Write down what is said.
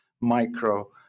micro